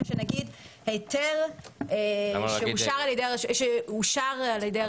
שנגיד היתר שאושר על ידי הרשות המוסמכת.